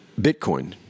Bitcoin